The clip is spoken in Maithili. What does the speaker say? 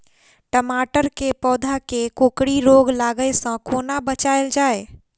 टमाटर केँ पौधा केँ कोकरी रोग लागै सऽ कोना बचाएल जाएँ?